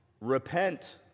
Repent